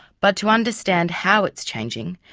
but to understand how it's changing,